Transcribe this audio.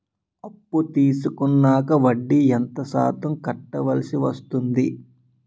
అప్పు తీసుకున్నాక వడ్డీ ఎంత శాతం కట్టవల్సి వస్తుంది?